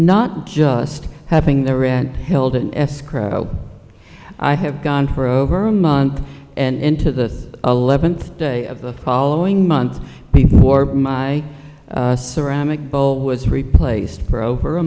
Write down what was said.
not just having their rent filled in escrow i have gone for over a month and into the eleventh day of the call owing months before my ceramic bowl was replaced for over a